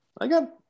again